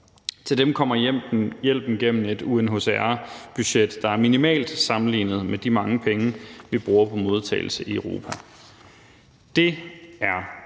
Til dem kommer hjælpen gennem et UNHCR-budget, der er minimalt sammenlignet med de mange penge, vi bruger på modtagelse i Europa. Det er